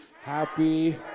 happy